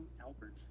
Albert